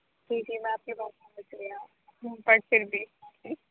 جی جی میں آپ کی بات سمجھ رہی ہوں بٹ پھر بھی